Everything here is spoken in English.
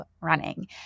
running